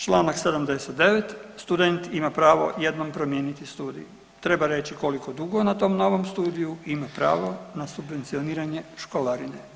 Čl. 79. student ima pravo jednom promijeniti studij, treba reći koliko dugo na tom novom studiju ima pravo na subvencioniranje školarine.